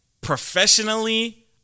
professionally